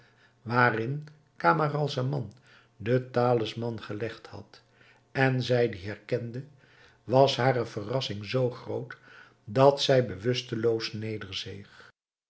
waarin camaralzaman den talisman gelegd had en zij dien herkende was hare verrassing zoo groot dat zij bewusteloos nederzeeg